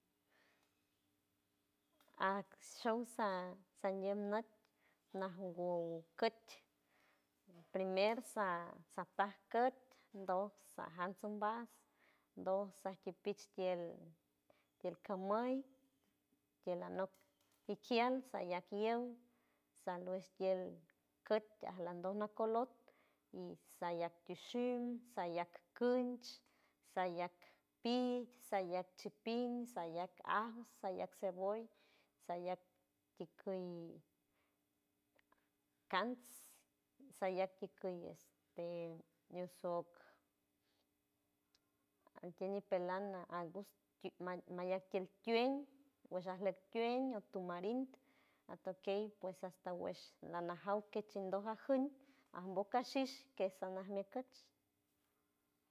Aj show sa- sandiem nüt najguow küt primer sa sataj küt doj sajan ombas doj sakiej pich tiel tiel camuy tiel anok ikial sayac yow saluesh tiel küt ajlandon nacolot y sayac tishum sayac kunch, sayac pi, sayac chipiñ, sayac ajo, sayac ceboll, sayac tikuy cants, sayac tikuy este ñusok altiel ñipelan agus mayac tiel tueñ wesh ajleck tueñ tamarin atokey pues hasta wesh nanajaw kej chindoc a juñ ajboca shish kesh sanajñe kuch.